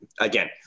again